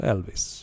Elvis